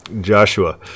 Joshua